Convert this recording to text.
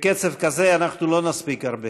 בקצב כזה אנחנו לא נספיק הרבה.